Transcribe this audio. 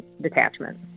detachment